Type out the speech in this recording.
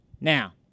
Now